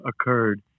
occurred